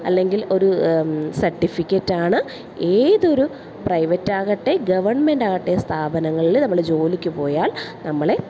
അല്ലെങ്കിൽ ഒരു സർട്ടിഫിക്കറ്റാണ് ഏതൊരു പ്രൈവറ്റാകട്ടെ ഗവൺമെന്റാകട്ടെ സ്ഥാപനങ്ങളിൽ നമ്മൾ ജോലിക്ക് പോയാൽ നമ്മളെ